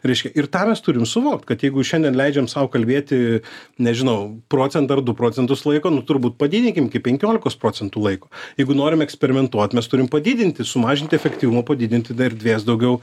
reiškia ir tą mes turim suvokt kad jeigu šiandien leidžiam sau kalbėti nežinau procentą ar du procentus laiko nu turbūt padidinkim iki penkiolikos procentų laiko jeigu norim eksperimentuot mes turim padidinti sumažinti efektyvumą padidinti tada erdvės daugiau